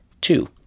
Two